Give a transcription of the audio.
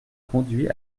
conduit